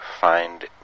find